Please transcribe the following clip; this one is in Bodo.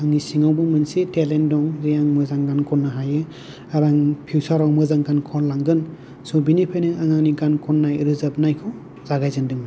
आंनि सिङाबो मोनसे टेलेन्ट दं आं मोजां गान खननो हायो आरो आं फिउसार आव मोजां गान खनलांगोन स' आं बेनिफ्रायनो आंनि गान खननाय रोजाबनायखौ जागाय जेनदोंमोन